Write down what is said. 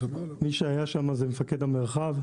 מי שהיה שם זה מפקד המרחב.